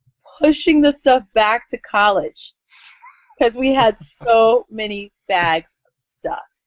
pushing the stuff back to college because we had so many bags of stuff.